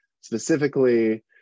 specifically